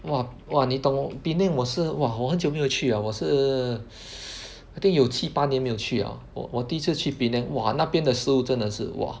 !wah! !wah! 你懂 Penang 我是我很久没有去了我是 I think 有七八年没有去了我我第一次去 Penang !wah! 那边的食物真的是 !wah!